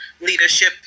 leadership